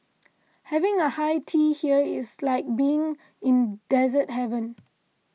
having high tea here is like being in dessert heaven